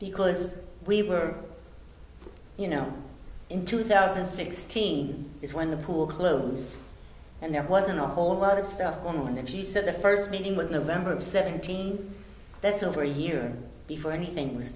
because we were you know in two thousand and sixteen is when the pool closed and there wasn't a whole lot of stuff going on and she said the first meeting with november of seventeen that's over a year before anything was